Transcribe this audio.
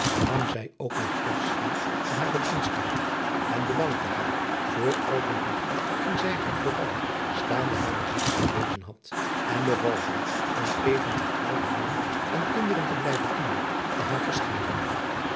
nam zij ook nog afscheid van hare dienstmaagd en bedankte haar voor al de liefde die zij haar vooral staande hare ziekte bewezen had en beval haar om even getrouw haar man en kinderen te blijven dienen na haar verscheiden